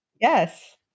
Yes